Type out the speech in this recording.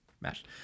mash